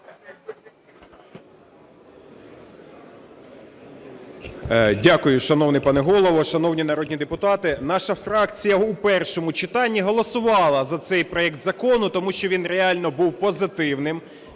Дякую. Шановний пане Голово, шановні народні депутати! Наша фракція в першому читанні голосувала за цей проект закону, тому що він реально був позитивним.